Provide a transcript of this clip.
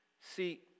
See